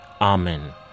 Amen